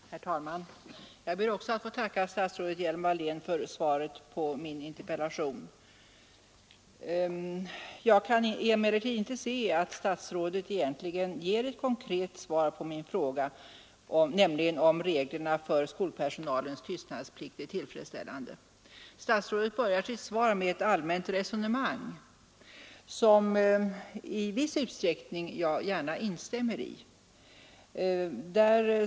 Herr talman! Jag ber också att få tacka statsrådet Hjelm-Wallén för svaret på min interpellation. Jag kan inte säga att statsrådet egentligen ger något konkret svar på min fråga, nämligen om reglerna för skolpersonalens tystnadsplikt är tillfredställande. Statsrådet börjar sitt svar med ett allmänt resonemang, som jag i viss utsträckning gärna instämmer i.